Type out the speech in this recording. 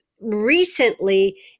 recently